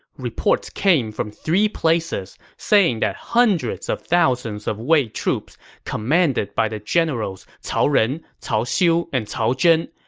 reports came from three places, saying that hundreds of thousands of wei troops commanded by the generals cao ren, cao xiu, and cao zhen,